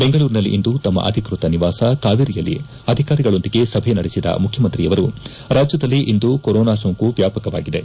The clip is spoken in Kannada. ಬೆಂಗಳೂರಿನಲ್ಲಿಂದು ತಮ್ಮ ಅಧಿಕೃತ ನಿವಾಸ ಕಾವೇರಿಯಲ್ಲಿ ಅಧಿಕಾರಿಗಳೊಂದಿಗೆ ಸಭೆ ನಡೆಸಿದ ಮುಖ್ಯಮಂತ್ರಿಯವರು ರಾಜ್ಯದಲ್ಲಿ ಇಂದು ಕೊರೋನಾ ಸೋಂಕು ವ್ಯಾಪಕವಾಗಿದೆ